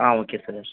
ah okay sir